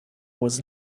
was